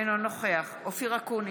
אינו נוכח אופיר אקוניס,